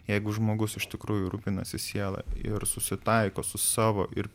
jeigu žmogus iš tikrųjų rūpinasi siela ir susitaiko su savo ir